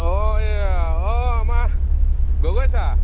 অঁ অঁ আমাৰ গগৈ ছাৰ